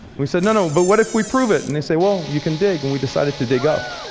we said, no no, but what if we prove it? and they said, well you can dig. and we decided to dig up,